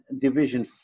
Division